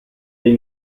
dei